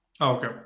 okay